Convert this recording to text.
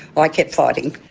i kept fighting.